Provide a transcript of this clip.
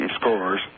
scores